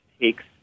takes